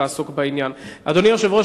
אדוני היושב-ראש,